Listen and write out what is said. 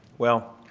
well